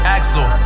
Axel